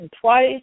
twice